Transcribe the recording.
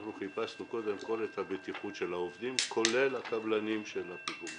אנחנו חיפשנו קודם כל את הבטיחות של העובדים כולל קבלני הפיגומים.